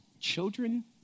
children